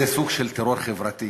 זה סוג של טרור חברתי.